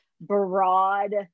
broad